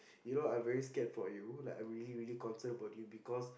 you know I'm very scared for you like I'm really really concerned about you because